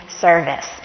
service